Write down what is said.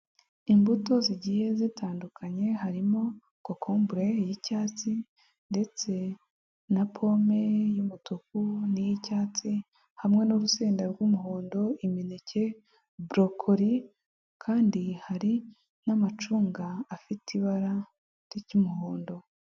Imbuto zigiye zitandukanye harimo kokombure y'icyatsi ndetse na pome y'umutuku niyi cyatsi, hamwe n'urusenda rw'umuhondo, imineke, burokori, kandi hari n'amacunga afite ibara ry'umuhondo.